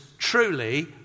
truly